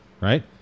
right